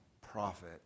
prophet